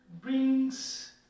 brings